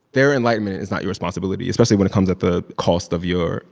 their enlightenment is not your responsibility, especially when it comes at the cost of your,